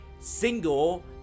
single